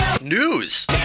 news